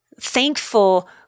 thankful